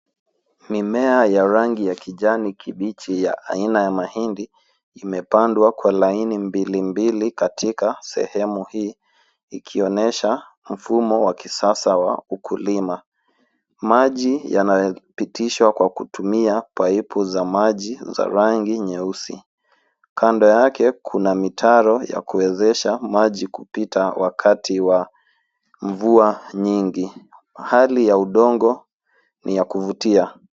Mimea ya rangi ya kijani kibichi ya aina ya mahindi imepandwa kwa laini mbili katika sehemu hii ikionesha mfumo wa kisasa wa ukulima. Maji yanayopitishwa kwa kutumia paipu za maji za rangi nyeusi. Kando yake kuna mitaro ya kuwezesha maji kupita wakati wa mvua nyingi. Hali ya udongo ni ya kuvutia.